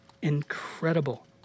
incredible